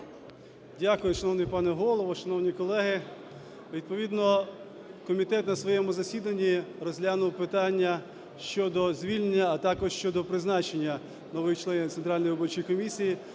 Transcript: Дякую, шановний пане Голово, шановні колеги. Відповідно комітет на своєму засіданні розглянув питання щодо звільнення, а також щодо призначення нових членів Центральної виборчої комісії,